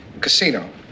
Casino